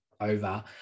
over